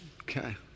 Okay